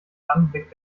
anblick